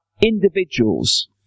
individuals